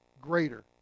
greater